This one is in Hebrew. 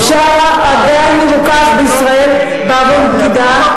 בשארה עדיין מבוקש בישראל בעוון בגידה.